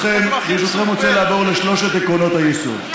ברשותכם, אני רוצה לעבור לשלושת עקרונות היסוד.